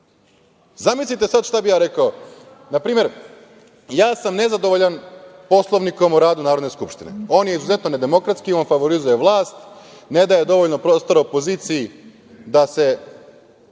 sada šta bih rekao, na primer, ja sam nezadovoljan Poslovnikom o radu Narodne skupštine, on je izuzetno nedemokratski i on favorizuje vlast, ne daje dovoljno prostora opoziciji da se